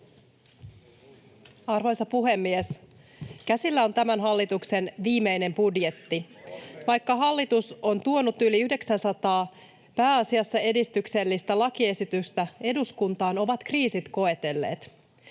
Arvoisa puhemies! Käsillä on tämän hallituksen viimeinen budjetti. [Oikealta: Onneksi!] Vaikka hallitus on tuonut yli 900, pääasiassa edistyksellistä lakiesitystä eduskuntaan, ovat kriisit koetelleet.